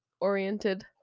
oriented